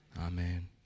amen